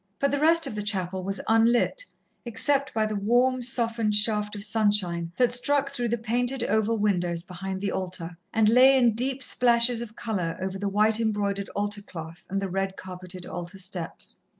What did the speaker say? but the rest of the chapel was unlit except by the warm, softened shaft of sunshine that struck through the painted oval windows behind the altar, and lay in deep splashes of colour over the white-embroidered altar-cloth and the red-carpeted altar steps.